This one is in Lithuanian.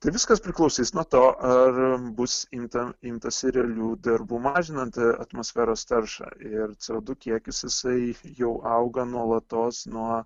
tai viskas priklausys nuo to ar bus imta imtasi realių darbų mažinant atmosferos taršą ir co du kiekis jisai jau auga nuolatos nuo